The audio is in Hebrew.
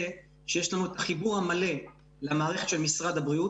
שיש לנו את החיבור המלא למערכת של משרד הבריאות.